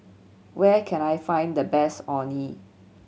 where can I find the best Orh Nee